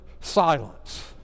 silence